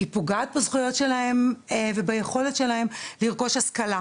היא פוגעת בזכויות שלהם וביכולת שלהם לקבל השכלה,